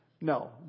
No